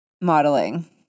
modeling